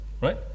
right